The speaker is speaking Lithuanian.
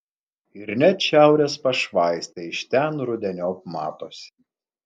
ir net šiaurės pašvaistė iš ten rudeniop matosi